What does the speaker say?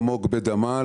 עמוק בדמה.